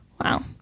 wow